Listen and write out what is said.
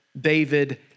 David